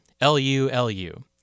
L-U-L-U